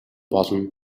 болно